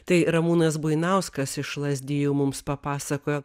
tai ramūnas buinauskas iš lazdijų mums papasakojo